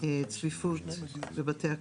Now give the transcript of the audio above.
צפיפות בבתי הקברות.